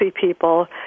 people